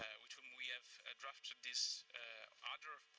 with whom we have ah drafted this other,